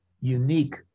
unique